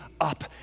up